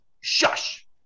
shush